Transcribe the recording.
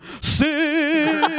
sing